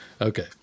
Okay